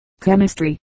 Chemistry